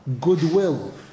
goodwill